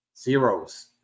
Zeros